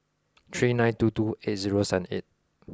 three nine two two eight zero seven eight